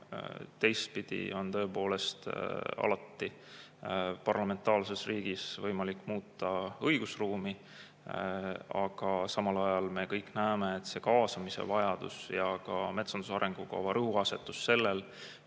Teistpidi on tõepoolest alati parlamentaarses riigis võimalik muuta õigusruumi. Aga samal ajal me kõik näeme, et kaasamise vajadus ja ka metsanduse arengukava rõhuasetus on sellel,